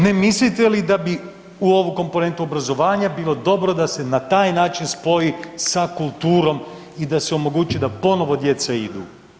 Ne mislite li da bi u ovu komponentu obrazovanja bilo dobro da se na taj način spoji sa kulturom i da se omogući da ponovo djeca idu.